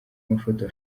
mafoto